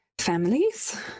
families